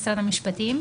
משרד המשפטים,